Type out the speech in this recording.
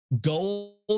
goals